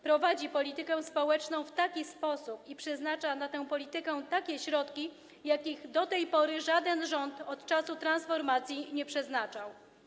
Prowadzi politykę społeczną w taki sposób i przeznacza na tę politykę takie środki, jakich do tej pory żaden rząd od czasu transformacji nie przeznaczał.